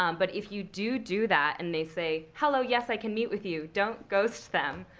um but if you do do that and they say, hello, yes, i can meet with you, don't ghost them.